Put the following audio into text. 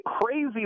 crazy